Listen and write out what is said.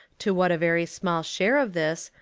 to what a very small share of this,